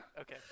okay